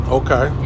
okay